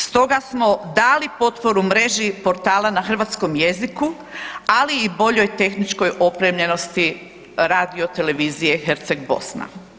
Stoga smo dali potporu mreži portala na hrvatskom jeziku ali i boljoj tehničkoj opremljenosti Radiotelevizije Herceg Bosna.